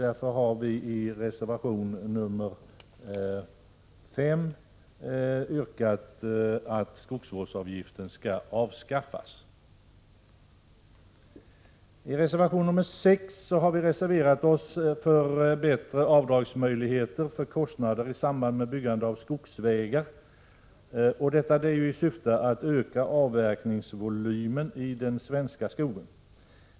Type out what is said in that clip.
Därför har vi i reservation 5 yrkat att skogsvårdsavgiften skall avskaffas. I reservation 6 har vi reserverat oss för bättre avdragsmöjligheter för kostnader i samband med byggande av skogsvägar. Detta syftar ju till att öka avverkningsvolymen i den svenska skogen.